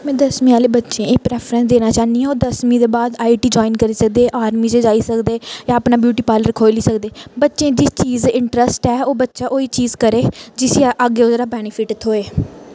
में दसमीं आह्ले बच्चें गी प्रैफरैंस देना चाह्न्नी आं ओह् दसमीं दे बाद आई टी आई जाइन करी सकदे आर्मी च जाई सकदे जां अपना ब्युटी पालर खोली सकदे बच्चें दी जिस चीज़ इंट्रस्ट ऐ ओह् बच्चा ओह् ही चीज़ करे जिसी अग्गें ओह्दा बैनिफ्ट थ्होए